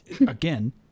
Again